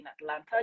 Atlanta